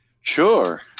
Sure